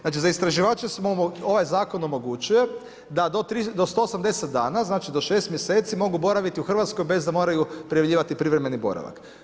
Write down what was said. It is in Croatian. Znači za istraživače ovaj zakon omogućuje da do 180 dana, znači do 6 mjeseci mogu boraviti u Hrvatskoj bez da moraju prijavljivati privremeni boravak.